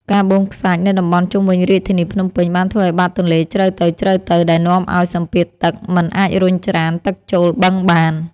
ការបូមខ្សាច់នៅតំបន់ជុំវិញរាជធានីភ្នំពេញបានធ្វើឱ្យបាតទន្លេជ្រៅទៅៗដែលនាំឱ្យសម្ពាធទឹកមិនអាចរុញច្រានទឹកចូលបឹងបាន។